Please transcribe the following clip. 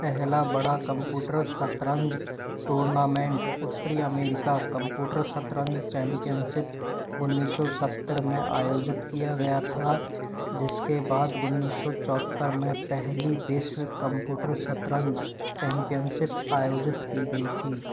पहला बड़ा कंप्यूटर शतरंज टूर्नामेंट उत्तरी अमेरिकी कंप्यूटर शतरंज चैम्पियनशिप उन्नीस सौ सत्तर में आयोजित किया गया था जिसके बाद उन्नीस सौ चौहत्तर में पहली विश्व कंप्यूटर शतरंज चैम्पियनशिप आयोजित की गई थी